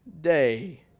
day